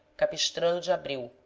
capistrano de abreu,